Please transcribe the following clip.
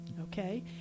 okay